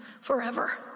forever